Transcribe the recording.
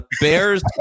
Bears